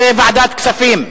בעד זה ועדת כספים.